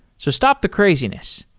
so stop the craziness,